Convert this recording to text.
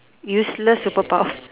useless superpower